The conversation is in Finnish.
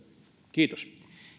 kiitos